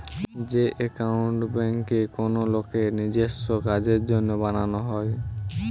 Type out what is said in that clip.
যে একাউন্ট বেঙ্কে কোনো লোকের নিজেস্য কাজের জন্য বানানো হয়